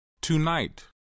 Tonight